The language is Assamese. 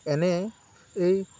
এনে এই